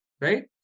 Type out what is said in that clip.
Right